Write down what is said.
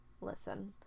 Listen